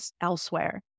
elsewhere